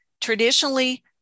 traditionally